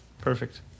Perfect